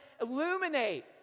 illuminate